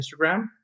Instagram